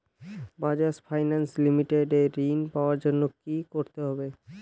Bajaj finance limited এ ঋন পাওয়ার জন্য কি করতে হবে?